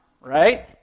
right